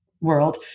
world